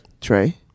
Trey